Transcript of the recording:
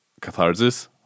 catharsis